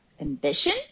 ambition